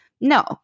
No